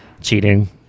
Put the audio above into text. cheating